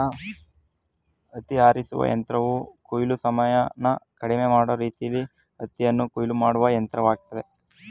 ಹತ್ತಿ ಆರಿಸುವ ಯಂತ್ರವು ಕೊಯ್ಲು ಸಮಯನ ಕಡಿಮೆ ಮಾಡೋ ರೀತಿಲೀ ಹತ್ತಿಯನ್ನು ಕೊಯ್ಲು ಮಾಡುವ ಯಂತ್ರವಾಗಯ್ತೆ